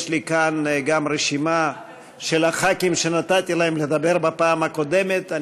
יש לי כאן גם רשימה של חברי הכנסת שנתתי להם לדבר בפעם הקודמת.